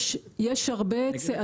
יש הרבה צעדים.